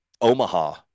Omaha